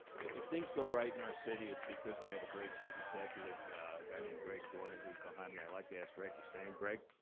if things go right in our city, it's because we have a great chief executive, a guy named greg doyon who's behind me. i'd like to ask greg to stand, greg.